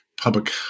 public